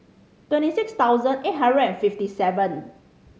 twenty six thousand eight hundred and fifty seven